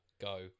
go